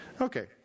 Okay